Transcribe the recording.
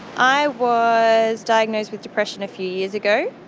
i was diagnosed with depression a few years ago,